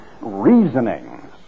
reasonings